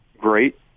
great